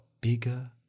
bigger